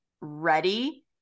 ready